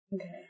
Okay